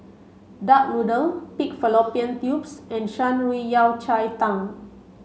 duck noodle Pig Fallopian Tubes and Shan Rui Yao Cai Tang